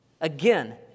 Again